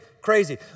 crazy